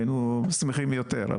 היינו שמחים יותר,